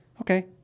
Okay